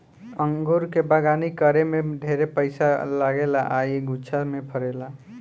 अंगूर के बगानी करे में ढेरे पइसा लागेला आ इ गुच्छा में फरेला